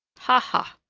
ha! ha!